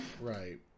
Right